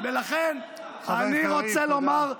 למה אתה מפריע לו?